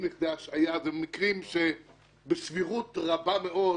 לכדי השעיה אלה מקרים שבסבירות רבה מאוד